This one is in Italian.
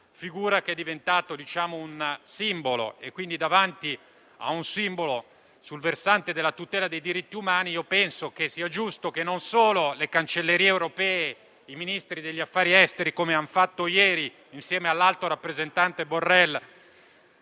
figura che è diventata un simbolo. Ebbene, davanti a un simbolo, sul versante della tutela dei diritti umani, penso che sia giusto che non solo le cancellerie europee e i Ministri degli esteri, come hanno fatto ieri insieme all'alto rappresentante